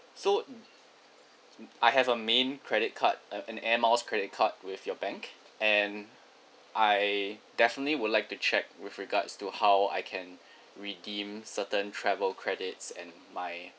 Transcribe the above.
so I have a main credit card uh an air miles credit card with your bank and I definitely would like to check with regards to how I can redeem certain travel credits and my